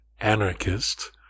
anarchist